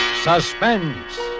Suspense